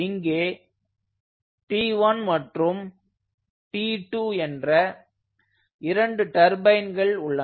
இங்கே T1 மற்றும் T2 என்ற இரண்டு டர்பைன்கள் உள்ளன